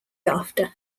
after